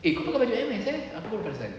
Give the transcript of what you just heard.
eh kau pakai baju M_S eh aku baru perasan